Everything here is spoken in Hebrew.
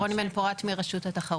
רוני בן פורת מרשות התחרות.